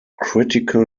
critical